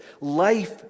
life